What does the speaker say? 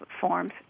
forms